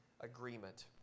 Agreement